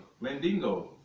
Mandingo